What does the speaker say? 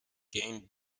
gained